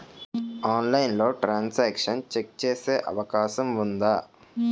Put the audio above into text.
ఆన్లైన్లో transaction check చేసే అవకాశం ఉందా?